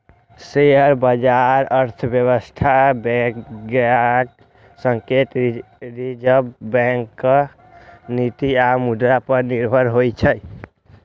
share बाजार अर्थव्यवस्था, वैश्विक संकेत, रिजर्व बैंकक नीति आ मुद्रा पर निर्भर होइ छै